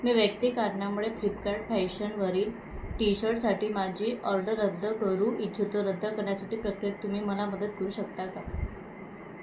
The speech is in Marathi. मी व्यक्ती कारणामुळे फ्लिपकार्ट फॅशनवरील टी शर्टसाठी माझी ऑर्डर रद्द करू इच्छितो रद्द करण्यासाठी प्रक्रियेत तुम्ही मला मदत करू शकता का